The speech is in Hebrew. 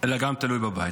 אלא גם תלוי בית.